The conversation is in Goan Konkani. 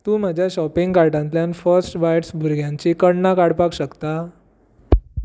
तूं म्हज्या शॉपिंग कार्टांतल्यान फर्स्ट बाईट्स भुरग्यांची कण्णां काडपाक शकता